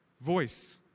voice